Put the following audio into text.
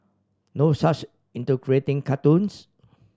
no such into creating cartoons